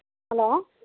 hello